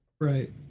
Right